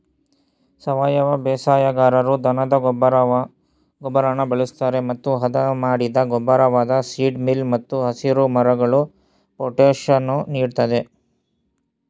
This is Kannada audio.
ಸಾವಯವ ಬೇಸಾಯಗಾರರು ದನದ ಗೊಬ್ಬರನ ಬಳಸ್ತರೆ ಮತ್ತು ಹದಮಾಡಿದ ಗೊಬ್ಬರವಾದ ಸೀಡ್ ಮೀಲ್ ಮತ್ತು ಹಸಿರುಮರಳು ಪೊಟ್ಯಾಷನ್ನು ನೀಡ್ತದೆ